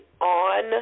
on